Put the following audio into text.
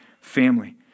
family